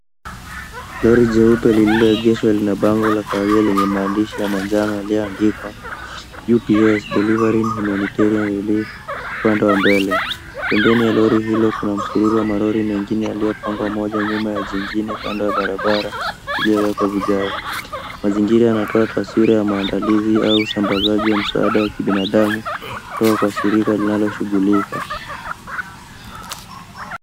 Lori jeupe lililoegeshwa lina bango la kahawia lenye maandishi ya manjano yaliyoandikwa Ups delivery humanitarian relief upande wa mbele. Pembeni ya lori hilo kuna msururo wa malori mengine yaliyopangwa moja nyuma ya jingine kando ya barabara iliyowekwa vigae. Mazingira yanatoa taswira ya maandalizi au usambazaji wa msaada ya kibinadamu kutoka kwa shirika linaloshughulika.